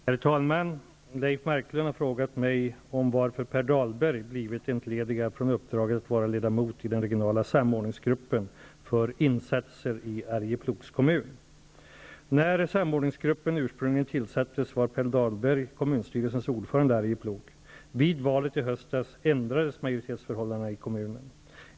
Herr talman! Leif Marklund har frågat mig om varför Per Dahlberg blivit entledigad från uppdra get att vara ledamot i den regionala samordnings gruppen för insatser i Arjeplogs kommun. När samordningsgruppen ursprungligen tillsattes var Per Dahlberg kommunstyrelsens ordförande i Arjeplog. Vid valet i höstas ändrades majoritets förhållandet i Arjeplog.